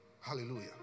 Hallelujah